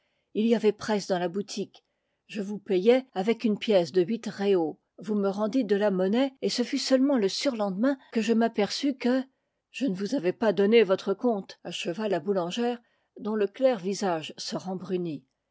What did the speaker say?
il y avait presse dans la boutique je vous payai avec une pièce de huit réaux vous me rendîtes de la mon naie et ce fut seulement le surlendemain que je m'aperçus que je ne vous avais pas donné votre compte acheva la boulangère dont le clair visage se rembrunit